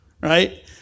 Right